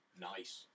Nice